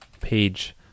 page